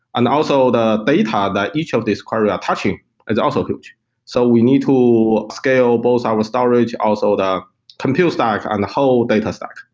and also the data that each of these query are touching is also huge so we need to scale both our storage, also the compute stack and the whole data stack.